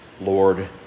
Lord